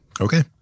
Okay